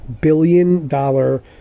billion-dollar